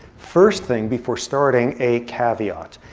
first thing before starting, a caveat.